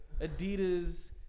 Adidas